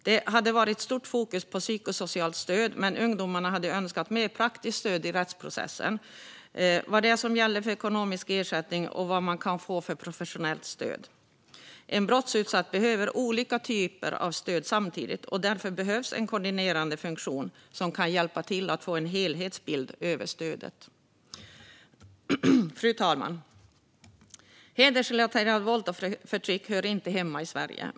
Det hade varit stort fokus på psykosocialt stöd, men ungdomarna hade önskat mer praktiskt stöd i rättprocessen samt information om vad det är som gäller för ekonomisk ersättning och vilket professionellt stöd de kan få. En brottsutsatt behöver olika typer av stöd samtidigt, och därför behövs en koordinerande funktion som kan hjälpa till att få en helhetsbild över stödet. Fru talman! Hedersrelaterat våld och förtryck hör inte hemma i Sverige.